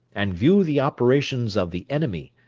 and view the operations of the enemy,